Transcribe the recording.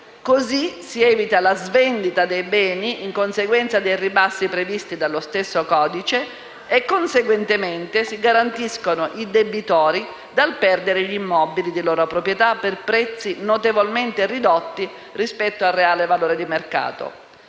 Così si evita la svendita dei beni in conseguenza dei ribassi previsti dallo stesso codice e, conseguentemente, si garantiscono i debitori dal perdere gli immobili di loro proprietà per prezzi notevolmente ridotti rispetto al reale valore di mercato.